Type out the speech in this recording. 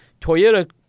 Toyota